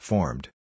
Formed